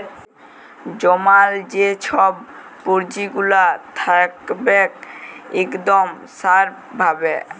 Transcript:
জমাল যে ছব পুঁজিগুলা থ্যাকবেক ইকদম স্যাফ ভাবে